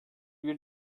bir